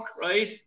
right